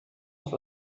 auf